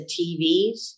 TVs